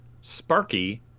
Sparky